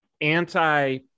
anti